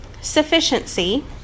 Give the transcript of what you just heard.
sufficiency